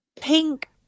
pink